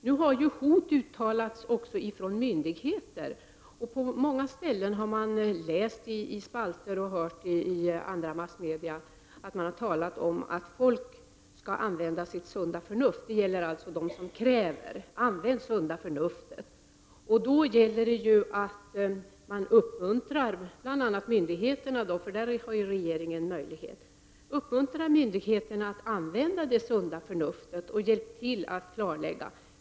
Nu har hot uttalats även från myndigheter, och på många ställen har människor läst och hört via media att de skall använda sitt sunda förnuft. Det gäller alltså de som kräver. Och då gäller det att bl.a. myndigheterna uppmuntras — detta har ju regeringen möjlighet att påverka — att använda det sunda förnuftet och hjälpa till att göra klarlägganden.